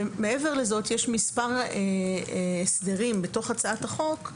מעבר לזאת יש מספר הסדרים בתוך הצעת החוק,